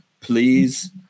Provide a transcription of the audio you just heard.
please